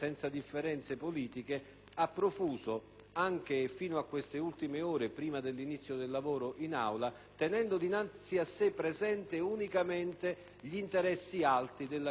ha profuso anche fino a queste ultime ore, prima dell'inizio del lavoro in Aula, tenendo dinanzi a sé presente unicamente gli interessi alti dell'agricoltura italiana.